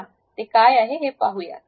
चला ते पाहूया